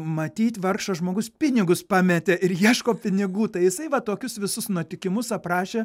matyt vargšas žmogus pinigus pametė ir ieško pinigų tai jisai va tokius visus nutikimus aprašė